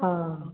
हाँ